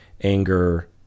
anger